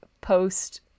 post